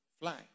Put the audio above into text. Fly